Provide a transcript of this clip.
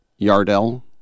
Yardell